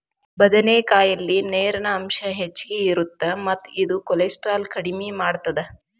ಬದನೆಕಾಯಲ್ಲಿ ನೇರಿನ ಅಂಶ ಹೆಚ್ಚಗಿ ಇರುತ್ತ ಮತ್ತ ಇದು ಕೋಲೆಸ್ಟ್ರಾಲ್ ಕಡಿಮಿ ಮಾಡತ್ತದ